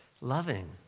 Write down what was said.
loving